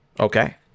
Okay